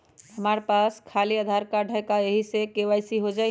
हमरा पास खाली आधार कार्ड है, का ख़ाली यही से के.वाई.सी हो जाइ?